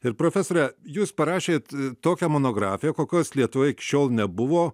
ir profesore jūs parašėt tokią monografiją kokios lietuvoje iki šiol nebuvo